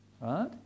right